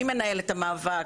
מי מנהל את המאבק,